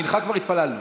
מנחה כבר התפללנו,